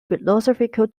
philosophical